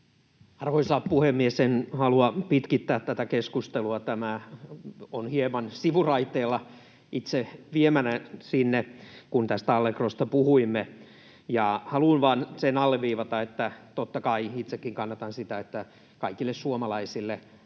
Arvoisa puhemies! En halua pitkittää tätä keskustelua — tämä on hieman sivuraiteilla, itse sinne viemänä, kun tästä Allegrosta puhuimme — ja haluan vain alleviivata, että totta kai itsekin kannatan sitä, että kaikille suomalaisille